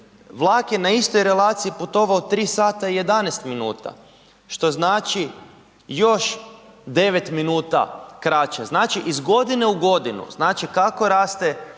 vlak je na istoj relaciji putovao 3 h i 11 minuta, što znači još 9 minuta kraće. Znači, iz godine u godinu, znači kako raste